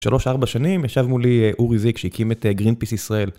3-4 שנים ישב מולי אורי זיק שהקים את גרין פיס ישראל.